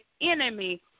enemy